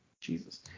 Jesus